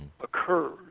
occurs